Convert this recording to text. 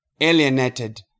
alienated